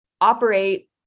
operate